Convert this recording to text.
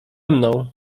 mną